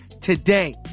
today